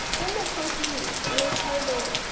don't look closely. it is horrible.